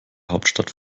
hauptstadt